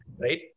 Right